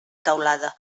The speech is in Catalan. teulada